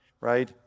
right